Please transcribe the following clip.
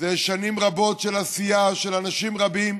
הן שנים רבות של עשייה של אנשים רבים,